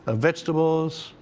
ah vegetables,